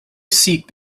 seek